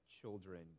children